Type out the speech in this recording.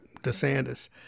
DeSantis